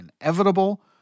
inevitable